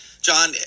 John